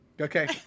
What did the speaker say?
okay